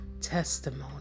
testimony